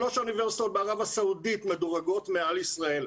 שלוש אוניברסיטאות בערב הסעודית מדורגות מעל ישראל.